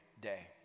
day